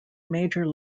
major